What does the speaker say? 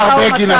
השר בגין.